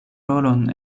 rolon